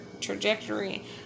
trajectory